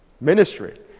ministry